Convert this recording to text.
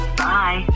bye